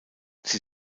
sie